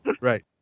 right